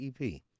EP